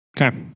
Okay